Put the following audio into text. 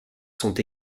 sont